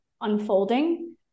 unfolding